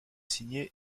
signé